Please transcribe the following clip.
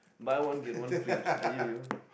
buy one get one free !aiyoyo!